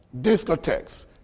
discotheques